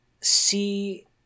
see